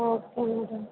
okay madam